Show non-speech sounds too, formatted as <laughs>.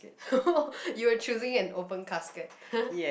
<noise> you were choosing an open casket <laughs>